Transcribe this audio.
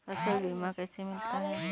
फसल बीमा कैसे मिलता है?